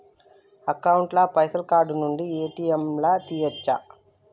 Account ల పైసల్ card నుండి ఏ.టి.ఎమ్ లా తియ్యచ్చా?